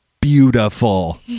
beautiful